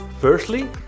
Firstly